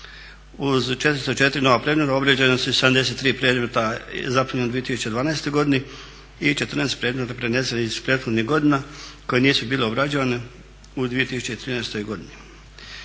Uz 404 nova predmeta obrađena su i 73 predmeta zaprimljena u 2012. godini i 14 predmeta prenesenih iz prethodnih godina koje nisu bile obrađivane u 2013. godini.